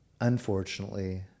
Unfortunately